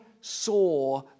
saw